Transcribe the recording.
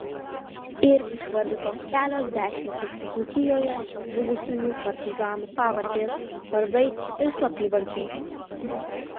ir išvardytos kelios dešimtys dzūkijoje žuvusiųjų partizanų pavardės vardai ir slapyvardžiai